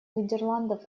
нидерландов